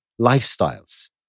lifestyles